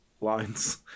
lines